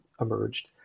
emerged